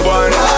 one